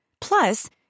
Plus